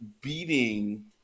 beating